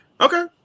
Okay